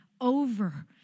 over